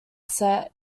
set